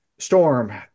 Storm